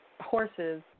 horses